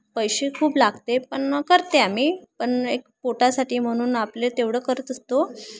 पैसे खूप लागते पण करते आम्ही पण एक पोटासाठी म्हणून आपले तेवढं करत असतो